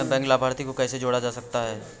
Bank लाभार्थी को कैसे जोड़ा जा सकता है?